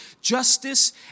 justice